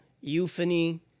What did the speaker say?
Euphony